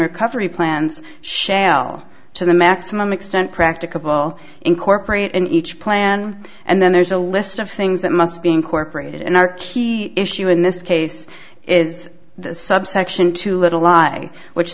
recovery plans shall to the maximum extent practicable incorporate in each plan and then there's a list of things that must be incorporated in our key issue in this case is subsection two little lie which